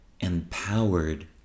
empowered